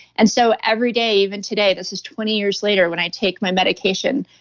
and so every day, even today, this is twenty years later when i take my medication,